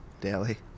daily